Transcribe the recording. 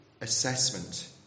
assessment